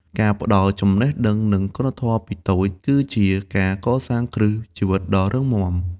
ការផ្ដល់ចំណេះដឹង និងគុណធម៌ពីតូច គឺជាការសាងសង់គ្រឹះជីវិតដ៏រឹងមាំ។